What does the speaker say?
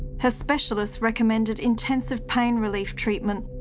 her specialist recommended intensive pain relief treatment,